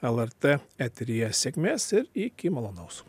lrt eteryje sėkmės ir iki malonaus